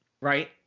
right